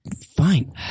Fine